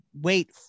wait